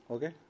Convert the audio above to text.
Okay